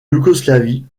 yougoslavie